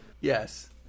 Yes